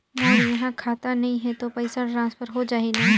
मोर इहां खाता नहीं है तो पइसा ट्रांसफर हो जाही न?